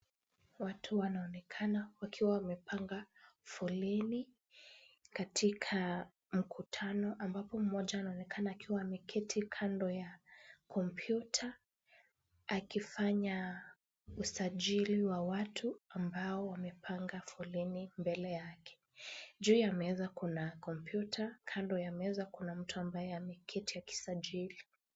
Watu wanaonekana wakiwa wamepanga foleni katika mkutano, ambapo mmoja anaonekana akiwa ameketi kando ya kompyuta akifanya usajili wa watu ambao wamepanga foleni mbele yake. Juu ya meza kuna kompyuta. Kando ya meza kuna mtu ambaye ameketi akisajili.